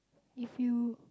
if you